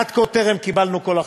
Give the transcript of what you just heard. עד כה, טרם קיבלנו כל החלטה.